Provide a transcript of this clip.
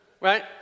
Right